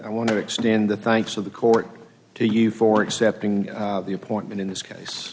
i want to extend the thanks of the court to you for accepting the appointment in this case